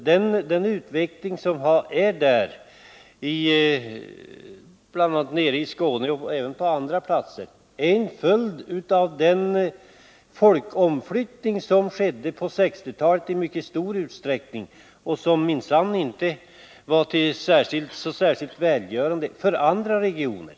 Den utveckling som ägt rum i bl.a. Skåne, men även på andra platser, är en följd av den folkomflyttning som skedde på 1960-talet i mycket stor utsträckning och som minsann inte var så särskilt välgörande för andra regioner.